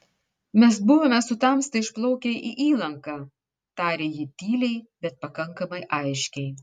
mes buvome su tamsta išplaukę į įlanką tarė ji tyliai bet pakankamai aiškiai